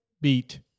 beat